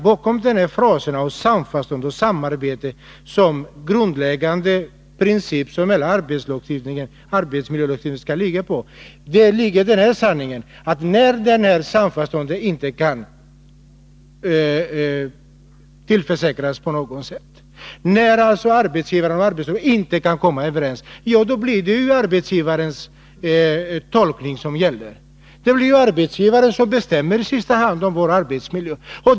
Bakom fraserna om samförstånd och samarbete som grundläggande princip för hela arbetsmiljölagstiftningen ligger i dag den sanningen att det när samförstånd inte på något sätt kan åstadkommas, alltså när arbetsgivare och arbetstagare inte kan komma överens, ju blir arbetsgivarens tolkning som gäller. Det blir arbetsgivaren som i sista hand bestämmer om vår arbetsmiljö.